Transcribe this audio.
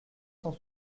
cent